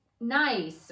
nice